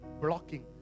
blocking